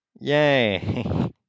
yay